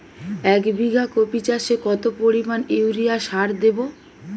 এক বিঘা কপি চাষে কত পরিমাণ ইউরিয়া সার দেবো?